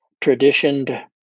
traditioned